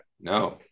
No